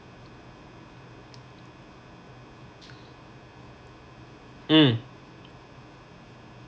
mm